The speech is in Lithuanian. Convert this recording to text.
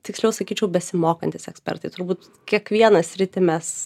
tiksliau sakyčiau besimokantys ekspertai turbūt kiekvieną sritį mes